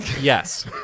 Yes